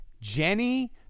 Jenny